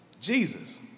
Jesus